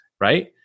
right